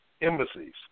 embassies